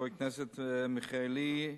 חבר הכנסת מיכאלי,